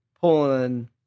pulling